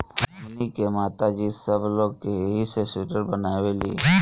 हमनी के माता जी सब लोग के एही से सूटर बनावेली